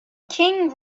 king